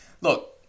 look